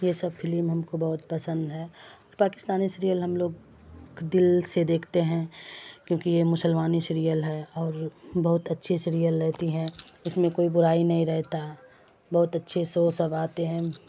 یہ سب فلم ہم کو بہت پسند ہے پاکستانی سیریل ہم لوگ دل سے دیکھتے ہیں کیونکہ یہ مسلمانی سیریل ہے اور بہت اچھی سیریل رہتی ہیں اس میں کوئی برائی نہیں رہتا بہت اچھے شو سب آتے ہیں